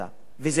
וזה למה?